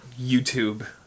YouTube